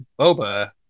Boba